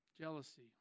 jealousy